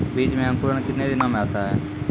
बीज मे अंकुरण कितने दिनों मे आता हैं?